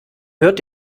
hört